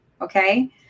Okay